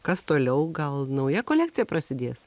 kas toliau gal nauja kolekcija prasidės